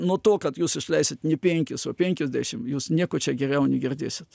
nuo to kad jūs išleisit ne penkis o penkiasdešim jūs nieko čia geriau negirdėsit